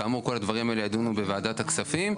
כאמור, כל הדברים האלה יידונו בוועדת הכספים.